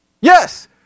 Yes